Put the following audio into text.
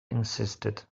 insisted